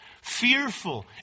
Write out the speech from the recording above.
fearful